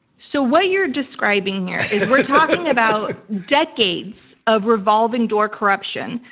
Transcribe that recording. so what you're describing here is we're talking about decades of revolving door corruption.